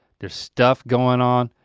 there's stuff going on.